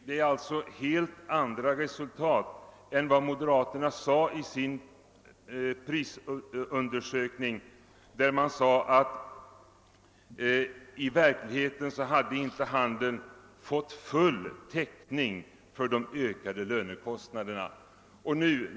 Det är alltså helt andra resultat än vad moderaterna nämnde i sin prisundersökning där det framhölls, att handeln i verkligheten inte fått full täckning för de ökade lönekostnaderna.